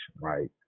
right